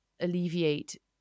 Alleviate